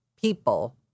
people